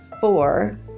four